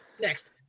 Next